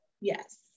Yes